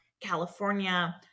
California